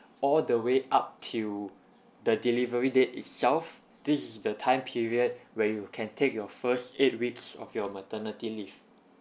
all the way up till the delivery date itself this is the time period when you can take your first eight weeks of your maternity leave